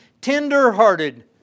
tenderhearted